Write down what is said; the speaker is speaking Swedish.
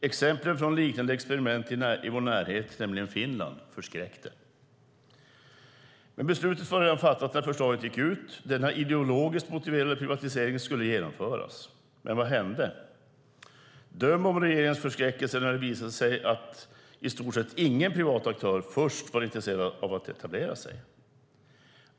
Exemplen från liknande experiment i vår närhet, nämligen Finland, förskräckte. Beslutet var dock redan fattat när förslaget gick ut - denna ideologiskt motiverade privatisering skulle genomföras. Men vad hände? Döm om regeringens förskräckelse när det visade sig att i stort sett ingen privat aktör först var intresserad av att etablera sig.